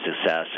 success